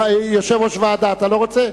יושב-ראש הוועדה, אתה לא רוצה?